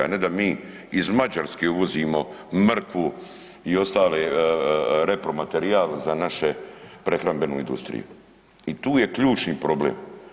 A ne da mi iz Mađarske uvozimo mrkvu i ostali repromaterijal za našu prehrambenu industriju i tu je ključni problem.